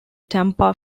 tampa